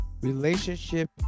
relationship